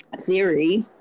theory